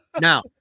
Now